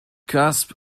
cusp